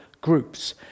groups